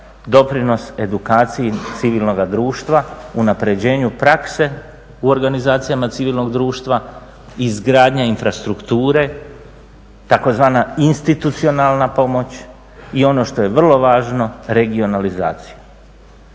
doprinos edukaciji civilnoga društva, unapređenju prakse u organizacijama civilnog društva, izgradnje infrastrukture, tzv. institucionalna pomoć i ono što je vrlo važno, regionalizacija.